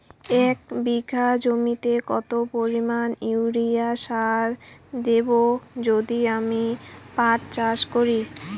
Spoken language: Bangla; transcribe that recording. এক বিঘা জমিতে কত পরিমান ইউরিয়া সার দেব যদি আমি পাট চাষ করি?